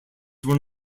one